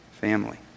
family